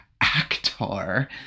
actor